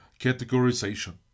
categorization